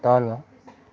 तल